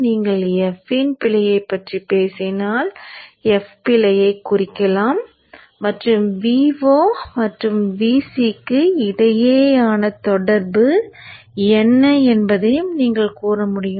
நீங்கள் f இன் பிழையைப் பற்றி பேசினால் f பிழையைக் குறிக்கலாம் மற்றும் Vo மற்றும் Vc க்கு இடையேயான தொடர்பு என்ன என்பதை நீங்கள் கூறமுடியும்